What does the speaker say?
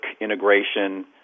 integration